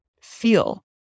feel